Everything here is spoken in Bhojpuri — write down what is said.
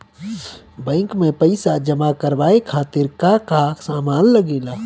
बैंक में पईसा जमा करवाये खातिर का का सामान लगेला?